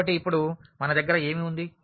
కాబట్టి ఇప్పుడు మన దగ్గర ఏమి ఉంది